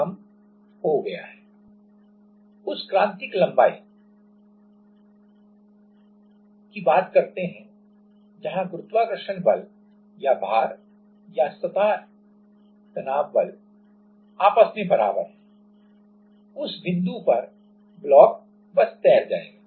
अब वह क्रांतिक लंबाई कहां है जहां गुरुत्वाकर्षण बल या भार और पृष्ठ तनाव बल बिल्कुल बराबर हैं उस बिंदु पर ब्लॉक बस तैर जाएगा